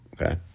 Okay